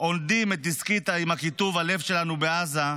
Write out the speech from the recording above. עונדים את הדסקית עם הכיתוב "הלב שלנו בעזה"